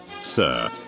sir